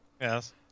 Yes